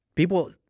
People